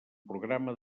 programa